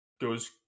goes